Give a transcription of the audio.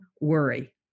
worry